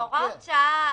לאו דווקא.